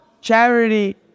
charity